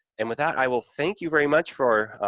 and with that, i will thank you very much for,